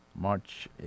March